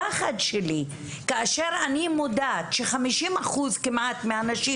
הפחד שלי - כאשר אני מודעת שכמעט בקרב 50 אחוזים מהנשים